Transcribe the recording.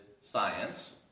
science